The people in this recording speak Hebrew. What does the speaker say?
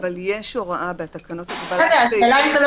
במיסוי